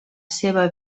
seva